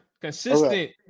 Consistent